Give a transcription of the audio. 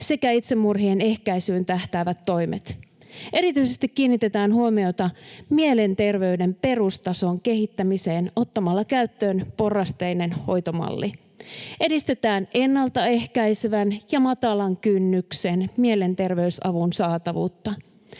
sekä itsemurhien ehkäisyyn tähtäävät toimet. Erityisesti kiinnitetään huomiota mielenterveyden perustason kehittämiseen ottamalla käyttöön porrasteinen hoitomalli. Edistetään ennaltaehkäisevän ja matalan kynnyksen mielenterveysavun saatavuutta.